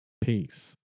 Peace